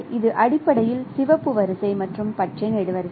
இது அடிப்படையில் சிவப்பு வரிசை மற்றும் பச்சை நெடுவரிசை